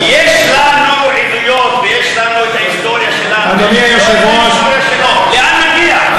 יש לנו עדויות ויש לנו ההיסטוריה שלנו, לאן נגיע?